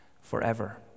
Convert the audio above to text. forever